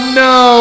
no